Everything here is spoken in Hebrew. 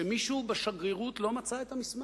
שמישהו בשגרירות לא מצא את המסמך.